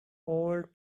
old